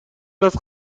است